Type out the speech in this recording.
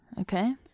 Okay